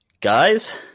Guys